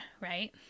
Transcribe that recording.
right